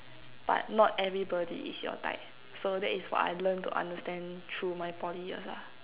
but not everybody is your type so that is what I learn to understand through my Poly years lah